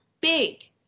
big